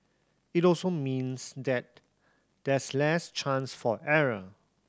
it also means that there's less chance for error